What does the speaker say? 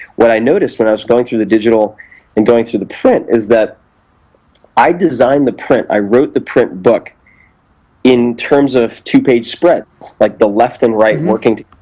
what i noticed when i was going through the digital and going through the print is that i designed the print, i wrote the print book in terms of two page spreads, like the left and right working